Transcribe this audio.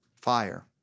Fire